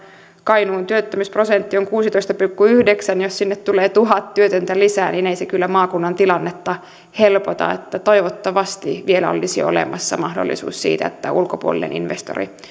kainuun työttömyysprosentti on kuusitoista pilkku yhdeksän jos sinne tulee tuhat työtöntä lisää niin ei se kyllä maakunnan tilannetta helpota toivottavasti vielä olisi olemassa mahdollisuus siihen että ulkopuolinen investori